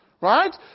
Right